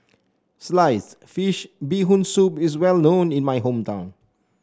Sliced Fish Bee Hoon Soup is well known in my hometown